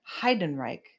Heidenreich